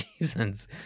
reasons